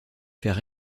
faire